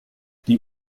die